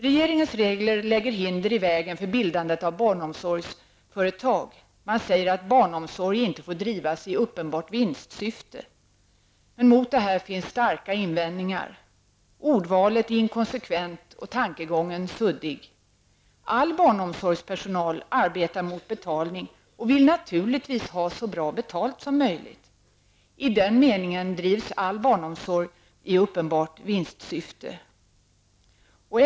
Regeringens regler lägger hinder i vägen för bildandet av barnomsorgsföretag. Man säger att barnomsorg inte får drivas i uppenbart vinstsyfte. Mot detta finns starka invändningar. Ordvalet är inkonsekvent och tankegången suddig. All barnomsorgspersonal arbetar mot betalning och vill naturligtvis få så bra betalt som möjligt. I den meningen drivs all barnomsorg i uppenbart vinstsyfte.